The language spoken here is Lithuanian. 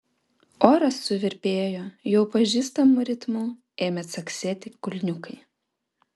oras suvirpėjo jau pažįstamu ritmu ėmė caksėti kulniukai